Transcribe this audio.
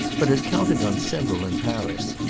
but had counted on several in paris,